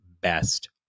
best